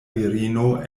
virino